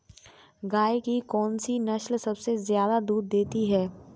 गाय की कौनसी नस्ल सबसे ज्यादा दूध देती है?